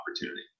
opportunity